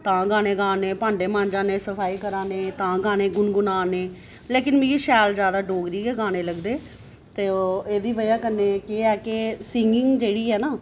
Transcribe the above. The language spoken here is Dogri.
तां गाने गा ने होन्ने भांड़े मांझा ने सफाई कराने तां गाने गुन गुनादे होन्ने लेकिन मिगी शैल डोगरी गै गाने लगदे ते ओह् एह्दी बजह कन्नै केह् ऐ केह् सिंगिंग जेह्ड़ी ऐ ना